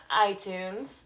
iTunes